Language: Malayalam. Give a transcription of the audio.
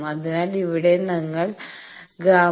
അതിനാൽ ഇവിടെ നിങ്ങൾ ΓL0